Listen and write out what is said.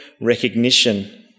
recognition